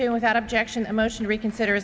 to without objection a motion reconsider